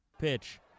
Pitch